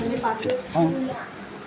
अं